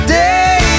day